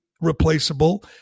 replaceable